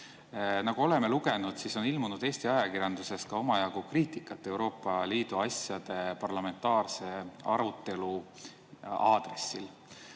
Nagu oleme lugenud, on Eesti ajakirjanduses ilmunud ka omajagu kriitikat Euroopa Liidu asjade parlamentaarse arutelu aadressil.